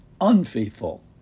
unfaithful